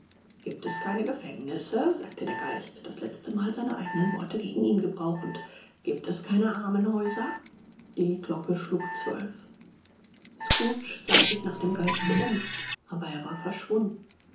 giebt es keine gefängnisse sagte der geist das letzte mal seine eigenen worte gegen ihn gebrauchend giebt es keine armenhäuser die glocke schlug zwölf scrooge sah sich nach dem geiste um aber er war verschwunden